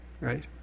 right